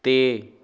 ਅਤੇ